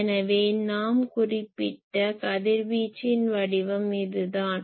எனவே நாம் குறிப்பிட்ட கதிர்வீச்சின் வடிவம் இது தான்